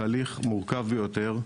תהליך מורכב ביותר,